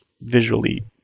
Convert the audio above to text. visually